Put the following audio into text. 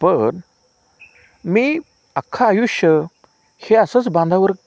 मी अख्खं आयुष्य हे असंच बांधावर